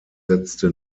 setzte